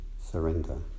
surrender